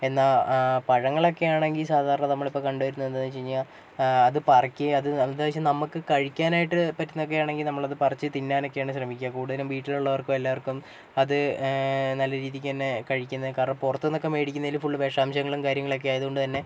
എന്നാൽ പഴങ്ങളൊക്കെയാണെങ്കിൽ സാധാരണ നമ്മളിപ്പം കണ്ടുവരുന്നതെന്ന് വെച്ചുകഴിഞ്ഞാൽ അത് പറിക്കേം അതെന്ന് വെച്ചാൽ നമുക്ക് കഴിക്കാനായിട്ട് പറ്റുന്നതൊക്കെയാണെങ്കിൽ നമ്മളത് പറിച്ച് തിന്നാനൊക്കെയാണ് ശ്രമിക്കുക കൂടുതലും വീട്ടിലുള്ളവർക്കും എല്ലാവർക്കും അത് നല്ലരീതിക്ക് തന്നെ കഴിക്കുന്നത് കാരണം പുറത്തുനിന്ന് മേടിക്കുന്നതിൽ ഫുള്ളും വിഷാംശങ്ങളും കാര്യങ്ങളും ഒക്കെയായതുകൊണ്ടുതന്നെ